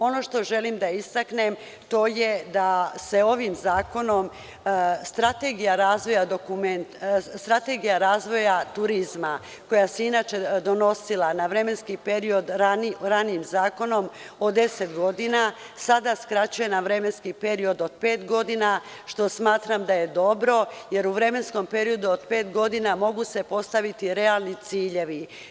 Ono što želim da istaknem, to je da se ovim zakonom Strategija razvoja turizma, koja se inače donosila na vremenski period ranijim zakonom od deset godina, sada skraćuje na vremenski period od pet godina, što smatram da je dobro jer u vremenskom periodu od pet godina mogu se postaviti realni ciljevi.